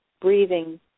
Breathing